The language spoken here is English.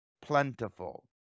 plentiful